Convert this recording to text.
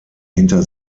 hinter